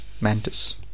Mantis